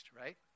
right